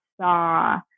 saw